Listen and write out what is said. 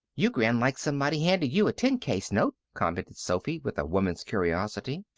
you grin like somebody handed you a ten-case note, commented sophy, with a woman's curiosity.